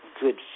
good